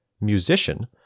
musician